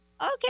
Okay